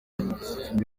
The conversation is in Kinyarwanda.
ndi